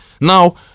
Now